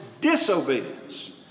disobedience